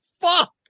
fuck